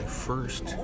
first